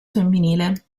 femminile